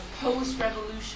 post-revolution